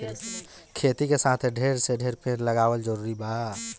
खेती के साथे ढेर से ढेर पेड़ लगावल जरूरी बा